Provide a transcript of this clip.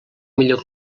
millor